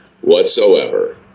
whatsoever